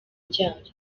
ryari